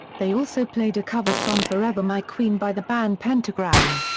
they also played a cover song forever my queen by the band pentagram.